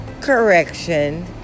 Correction